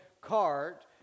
cart